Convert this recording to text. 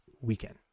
weekend